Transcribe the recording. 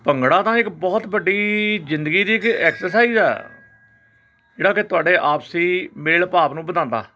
ਭੰਗੜਾ ਤਾਂ ਇੱਕ ਬਹੁਤ ਵੱਡੀ ਜ਼ਿੰਦਗੀ ਦੀ ਇੱਕ ਐਕਸਰਸਾਈਜ਼ ਆ ਜਿਹੜਾ ਕਿ ਤੁਹਾਡੇ ਆਪਸੀ ਮੇਲ ਭਾਵ ਨੂੰ ਵਧਾਉਂਦਾ